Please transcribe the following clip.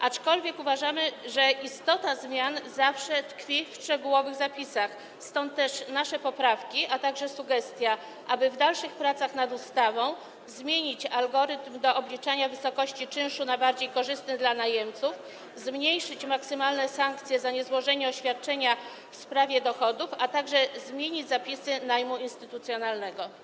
Aczkolwiek uważamy, że istota zmian zawsze tkwi w szczegółowych zapisach, stąd też nasze poprawki, a także sugestia, aby w dalszych pracach nad ustawą zmienić algorytm do obliczania wysokości czynszu na bardziej korzystny dla najemców, zmniejszyć maksymalne sankcje za niezłożenie oświadczenia w sprawie dochodów, a także zmienić zapisy najmu instytucjonalnego.